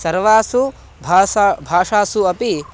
सर्वासु भाषा भाषासु अपि